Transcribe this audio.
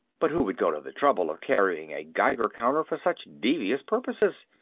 but who would go to the trouble of carrying a geiger counter for such devious purposes?